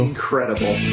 Incredible